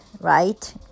right